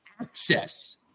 access